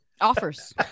offers